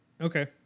okay